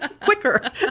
quicker